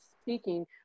speaking